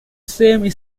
same